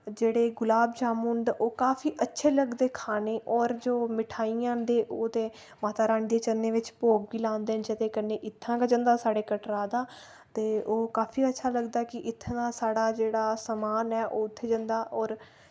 जेह्ड़े गुलाब जामुन ते ओह् काफी अच्छे लगदे खाने और जो मिठाइयां न ते ओ ते माता रानी दे चरणे विच भोग बी लांदे जेह्दे कन्नै इत्थां गै जंदा साढ़े कटरा दा ते ओह् काफी अच्छा लगदा कि इत्थें दा साढ़ा जेह्ड़ा समान ऐ ओ उत्थें जंदा और